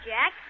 Jack